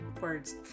Words